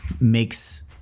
makes